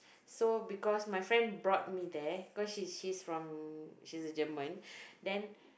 so because my friend brought me there cause she's she's from she's a German then